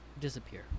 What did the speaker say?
disappear